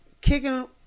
kicking